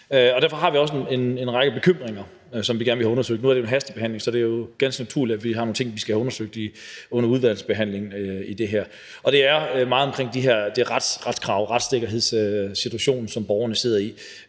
og derfor har vi også en række bekymringer, som vi gerne vil have undersøgt. Nu er det jo en hastebehandling, så det er jo ganske naturligt, at vi har nogle ting, som vi skal have undersøgt under udvalgsbehandlingen af det, og det er jo meget i forhold til det med retskrav og retssikkerhedssituationen, som borgerne sidder i.